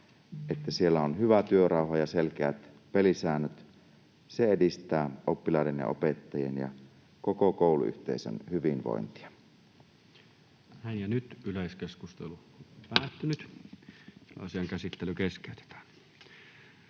että siellä on hyvä työrauha ja selkeät pelisäännöt. Se edistää oppilaiden ja opettajien ja koko kouluyhteisön hyvinvointia. [Speech 55] Speaker: Toinen varapuhemies